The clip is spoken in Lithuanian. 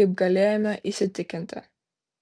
kaip galėjome įsitikinti